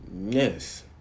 Yes